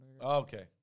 Okay